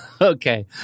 Okay